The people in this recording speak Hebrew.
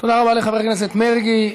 תודה רבה לחבר הכנסת מרגי.